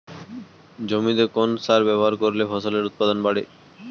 জমিতে কোন সার ব্যবহার করলে ফসলের উৎপাদন বাড়ে?